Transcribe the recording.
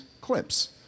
clips